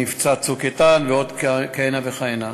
מבצע "צוק איתן" ועוד כהנה וכהנה.